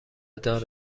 دار